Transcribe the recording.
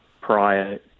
prior